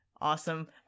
Awesome